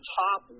top